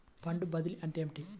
Fund బదిలీ అంటే ఏమిటి?